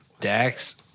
Dax